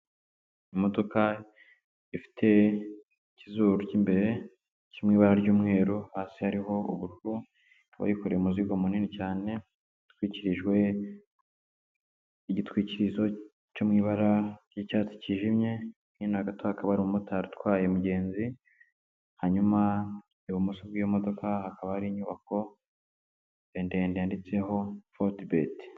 Imodoka, ifite ikizuru ry'imbere kiri mu ibara ry'umweru, hasi hariho abayikoreye umuzigo munini cyane, utwikirijwe, igitwikirizo cyo mu ibara ry'icyatsi cyijimye, hino hagati hakaba umumotari utwaye umugenzi, hanyuma ibumoso bwiyo modoka hakaba ari inyubako, ndende yanditseho forubeti.